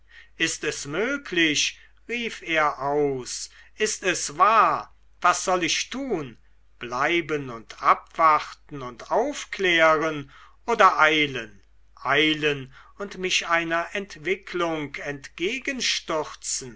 ist es möglich rief er aus ist es wahr was soll ich tun bleiben und abwarten und aufklären oder eilen eilen und mich einer entwicklung entgegenstürzen